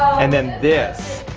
and then this.